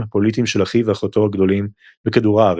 הפוליטיים של אחיו ואחותו הגדולים בכדור הארץ.